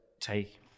take